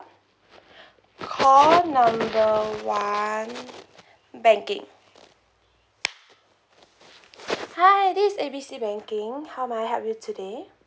call number one banking hi this is A B C banking how may I help you today